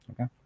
Okay